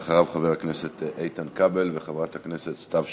אחריו, חבר הכנסת איתן כבל וחברת הכנסת סתיו שפיר.